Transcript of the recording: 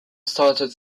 started